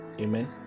Amen